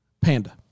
Panda